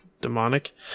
demonic